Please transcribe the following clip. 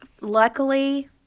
luckily